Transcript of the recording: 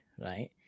Right